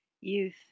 Youth